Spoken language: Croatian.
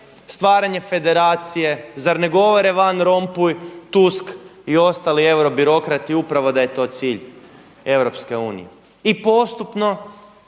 stvaranje federacije? Zar ne govore Van Rompy, Tusk i ostali eurobirokrati upravo da je to cilj Europske